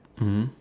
mmhmm